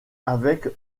avec